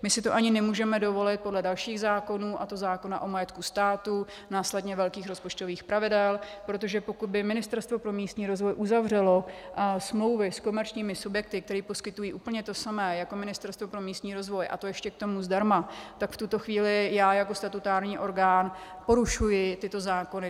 My si to ani nemůžeme dovolit podle dalších zákonů, a to zákona o majetku státu, následně velkých rozpočtových pravidel, protože pokud by Ministerstvo pro místní rozvoj uzavřelo smlouvy s komerčními subjekty, které poskytují úplně to samé jako Ministerstvo pro místní rozvoj, a to ještě k tomu zdarma, tak v tuto chvíli já jako statutární orgán porušuji tyto zákony.